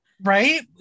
right